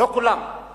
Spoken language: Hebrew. לא כולם הלכו אחריו.